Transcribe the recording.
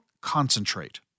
concentrate